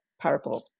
powerful